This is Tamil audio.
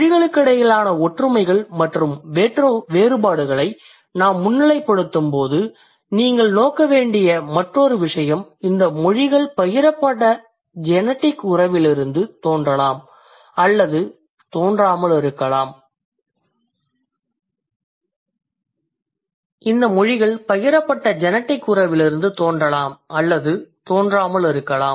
மொழிகளுக்கிடையிலான ஒற்றுமைகள் மற்றும் வேற்றுமைகளை நான் முன்னிலைப்படுத்தும்போது நீங்கள் நோக்க வேண்டிய மற்றொரு விஷயம் இந்த மொழிகள் பகிரப்பட்ட ஜெனடிக் உறவிலிருந்து தோன்றலாம் அல்லது இல்லாமல் இருக்கலாம்